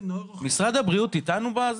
לכן, אני מבקשת לשמור על דיון מכבד ומכובד.